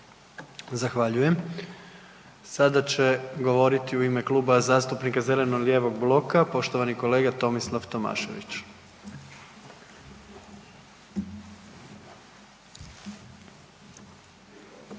Zahvaljujem. Sada će govoriti u ime Kluba zastupnika zeleno-lijevog bloka poštovani kolega Tomislav Tomašević.